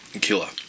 killer